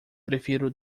prefiro